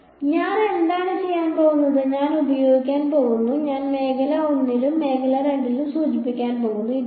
അതിനാൽ ഞാൻ എന്താണ് ചെയ്യാൻ പോകുന്നത് ഞാൻ ഉപയോഗിക്കാൻ പോകുന്നു ഞാൻ മേഖല 1 ലും മേഖല 2 ലും സൂചിപ്പിക്കാൻ പോകുന്നു